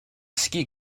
ski